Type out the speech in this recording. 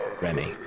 Remy